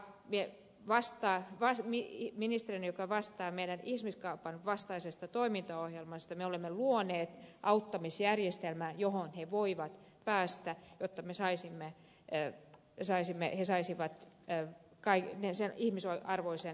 ministerinä vastaan vai sami y ministerin joka vastaa meidän ihmiskaupan vastaisesta toimintaohjelmastamme ja me olemme luoneet auttamisjärjestelmän johon he voivat päästä jotta he saisivat ihmisarvoisen kohtelun